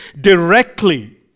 directly